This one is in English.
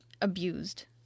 abused